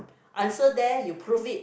answer there you prove it